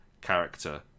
character